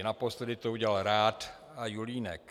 Naposledy to udělal Rath a Julínek.